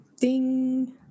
Ding